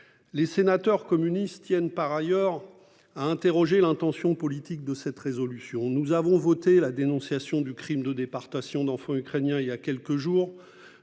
Les sénateurs communistes tiennent par ailleurs à interroger l'intention politique de cette résolution nous avons voté la dénonciation du Crime de départ tation d'enfants ukrainiens. Il y a quelques jours,